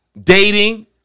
dating